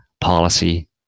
policy